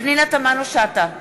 פנינה תמנו-שטה,